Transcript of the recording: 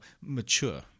mature